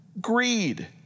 greed